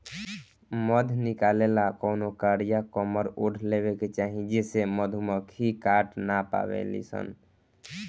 मध निकाले ला कवनो कारिया कमर ओढ़ लेवे के चाही जेसे मधुमक्खी काट ना पावेली सन